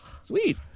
Sweet